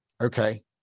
okay